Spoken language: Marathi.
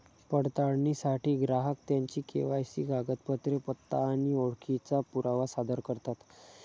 पडताळणीसाठी ग्राहक त्यांची के.वाय.सी कागदपत्रे, पत्ता आणि ओळखीचा पुरावा सादर करतात